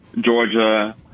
Georgia